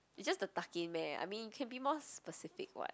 is just the tuck in meh I mean you can be more specific [what]